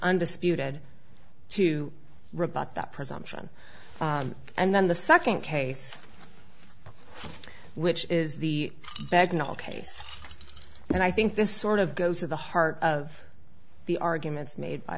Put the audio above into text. undisputed to rebut that presumption and then the second case which is the bagnall case and i think this sort of goes to the heart of the arguments made by